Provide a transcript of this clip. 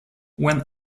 when